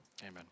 amen